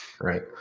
Right